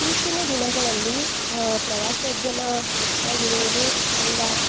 ಇತ್ತೀಚಿನ ದಿನಗಳಲ್ಲಿ ಪ್ರವಾಸೋದ್ಯಮ ಹೆಚ್ಚಾಗಿರುವುದು ಒಂದು